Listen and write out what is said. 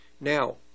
Now